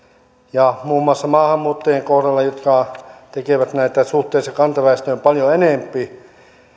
ja muun muassa maahanmuuttajien kohdalla jotka tekevät näitä suhteessa kantaväestöön paljon enempi